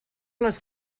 les